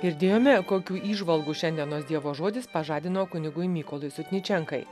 girdėjome kokių įžvalgų šiandienos dievo žodis pažadino kunigui mykolui sutničenkai